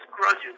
grudges